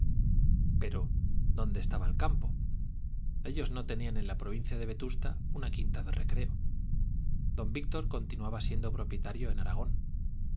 pero dónde estaba el campo ellos no tenían en la provincia de vetusta una quinta de recreo don víctor continuaba siendo propietario en aragón